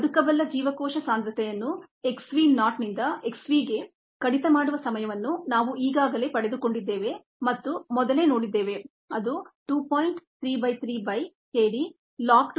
viable cell concentration ಅನ್ನು x v naught ನಿಂದ x v ಗೆ ಕಡಿತ ಮಾಡುವ ಸಮಯವನ್ನು ನಾವು ಈಗಾಗಲೇ ಪಡೆದುಕೊಂಡಿದ್ದೇವೆ ಮತ್ತು ಮೊದಲೇ ನೋಡಿದ್ದೇವೆ ಅದು 2